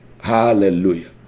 Hallelujah